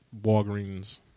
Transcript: Walgreens